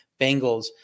Bengals